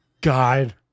God